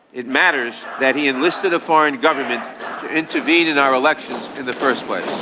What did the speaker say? it matters that he enlisted a foreign government intervened in our elections in the first place